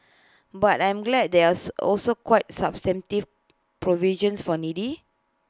but I'm glad there's also quite substantive provisions for needy